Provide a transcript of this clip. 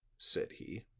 said he.